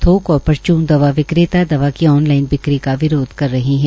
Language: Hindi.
थोक और परचून दवा विक्रेता दवा की ऑन लाइन बिक्री का विरोध कर रहे है